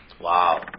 wow